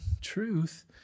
truth